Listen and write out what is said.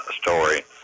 story